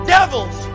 Devils